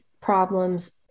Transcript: problems